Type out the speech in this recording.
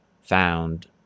found